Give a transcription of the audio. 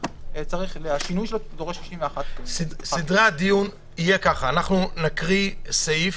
השינוי דורש 61. סדר הדיון יהיה כזה: נקריא סעיף,